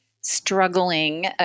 struggling